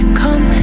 come